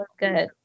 good